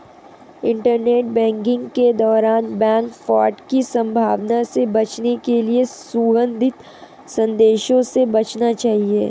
internet banking के दौरान bank fraud की संभावना से बचने के लिए संदिग्ध संदेशों से बचना चाहिए